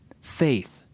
faith